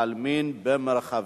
השר,